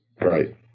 Right